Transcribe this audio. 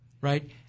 right